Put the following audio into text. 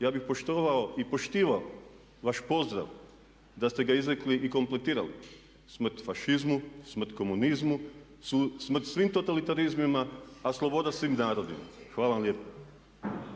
ja bih poštovao i poštivao vaš pozdrav da ste ga izrekli i kompletirali smrt fašizmu, smrt komunizmu su smrt svim totalitarizmima a sloboda svim narodima. Hvala vam lijepa.